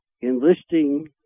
enlisting